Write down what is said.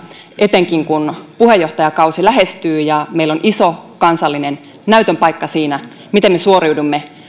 etenkin kun puheenjohtajakausi lähestyy ja meillä on iso kansallinen näytön paikka siinä miten me suoriudumme